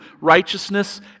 righteousness